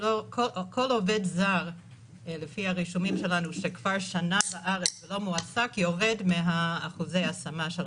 כל עובד זר שכבר שנה בארץ ולא מועסק יורד מאחוזי ההשמה של